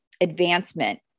advancement